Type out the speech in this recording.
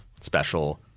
special